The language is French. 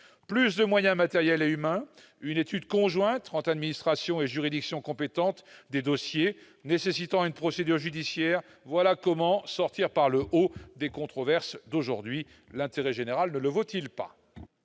Plus de moyens matériels et humains, une étude conjointe de l'administration et de la juridiction compétente des dossiers nécessitant une procédure judiciaire, voilà comment sortir des controverses actuelles par le haut. L'intérêt général ne le vaut-il pas ?